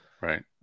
Right